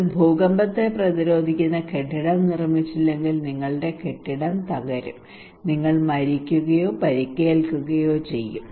നിങ്ങൾ ഭൂകമ്പത്തെ പ്രതിരോധിക്കുന്ന കെട്ടിടം നിർമ്മിച്ചില്ലെങ്കിൽ നിങ്ങളുടെ കെട്ടിടം തകരും നിങ്ങൾ മരിക്കുകയോ പരിക്കേൽക്കുകയോ ചെയ്യും